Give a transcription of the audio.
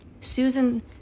Susan